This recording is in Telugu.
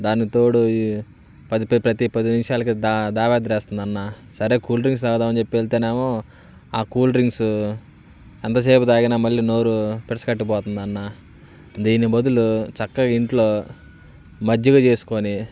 దానికి తోడు ప్రతీ పది నిమిషాలకి దావెత్తరేస్తుందన్నా సరే కూల్ డ్రింక్స్ తాగుదాం అని చెప్పి వెళ్తేనేమో ఆ కూల్ డ్రింక్సు ఎంతసేపు తాగినా మళ్ళీ నోరు పిడసగట్టకపోతుందన్నా దీని బదులు చక్కగా ఇంట్లో మజ్జిగ చేసుకొని